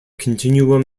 continuum